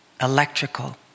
electrical